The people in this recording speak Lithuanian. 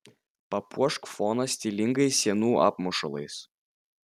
papuošk foną stilingais sienų apmušalais